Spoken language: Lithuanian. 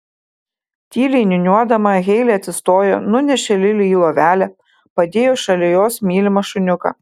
tyliai niūniuodama heilė atsistojo nunešė lili į lovelę padėjo šalia jos mylimą šuniuką